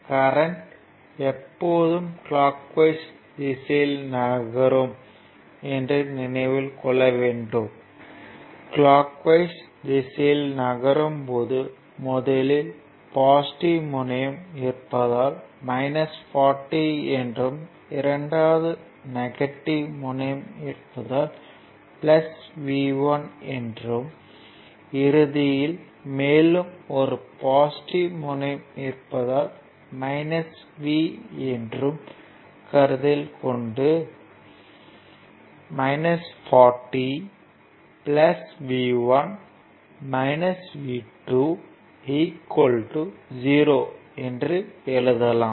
current எப்போதும் clockwise திசையில் நகரும் என்று நினைவில் கொள்ள வேண்டும் கிளாக் வைஸ் திசையில் நகரும் போது முதலில் பாசிட்டிவ் முனையம் இருப்பதால் 40 என்றும் இரண்டாவதாக நெகட்டிவ் முனையம் இருப்பதால் V 1 என்றும் இறுதியில் மேலும் ஒரு பாசிட்டிவ் முனையம் இருப்பதால் V என்றும் கருத்தில் கொண்டு 40 V 1 V 2 0 என எழுதலாம்